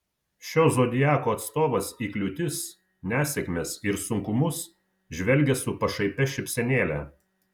šio zodiako atstovas į kliūtis nesėkmes ir sunkumus žvelgia su pašaipia šypsenėle